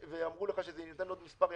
ואמרו לך שיינתנו עוד מספר ימים,